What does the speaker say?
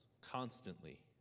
constantly